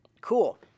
cool